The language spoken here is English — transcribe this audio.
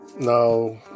No